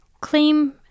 claim